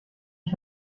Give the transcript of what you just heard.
ich